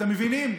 אתם מבינים?